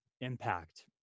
impact